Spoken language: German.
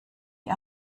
die